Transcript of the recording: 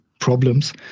problems